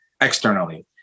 externally